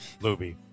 Luby